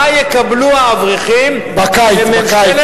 מה יקבלו האברכים בממשלת, בקיץ.